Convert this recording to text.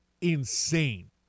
insane